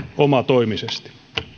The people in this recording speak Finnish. omatoimisesti